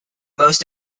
most